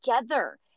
together